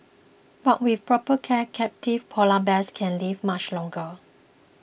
but with proper care captive Polar Bears can live much longer